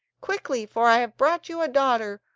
quickly, for i have brought you a daughter,